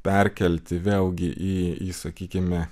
perkelti vėlgi į į sakykime